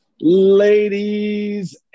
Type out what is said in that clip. Ladies